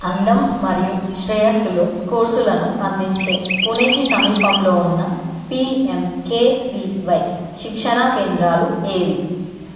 అందం మరియు శ్రేయస్సులో కోర్సులను అందించే పూణేకి సమీపంలో ఉన్న P M K V Y శిక్షణా కేంద్రాలు ఏవి